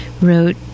wrote